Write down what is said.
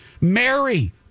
Mary